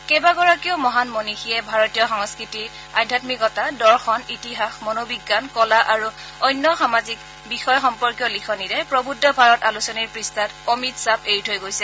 কেইগৰাকীও মহান মনিয়ীয়ে ভাৰতীয় সংস্কৃতি আধ্যামিকতা দৰ্শন ইতিহাস মনোবিজ্ঞান কলা আৰু অন্য সামাজিক বিষয় সম্পৰ্কীয় লিখনিৰে প্ৰবুদ্ধ ভাৰত আলোচনীৰ পৃষ্ঠাত অমিত ছাপ এৰি থৈ গৈছে